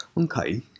Okay